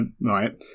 right